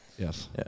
Yes